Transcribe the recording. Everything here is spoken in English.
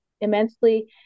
immensely